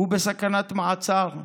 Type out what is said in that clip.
הוא בסכנת מעצר.